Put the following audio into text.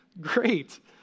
Great